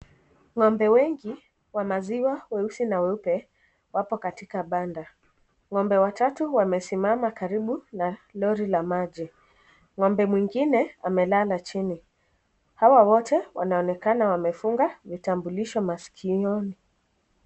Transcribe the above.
Ngombe wengi wa maziwa weusi na weupe wapo katika banda ngombe watatu wamesimama karibu na lori la maji ngombe mwingine amelala chini. Hawa wote wanaonekana wamefunga vitambulisho maskioni.